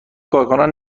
کارکنان